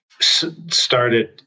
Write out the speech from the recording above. started